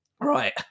right